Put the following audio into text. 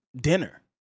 dinner